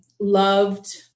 Loved